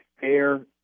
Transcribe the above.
fair